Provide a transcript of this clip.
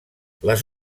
les